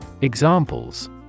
Examples